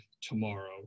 tomorrow